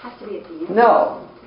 No